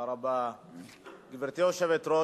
גברתי היושבת-ראש,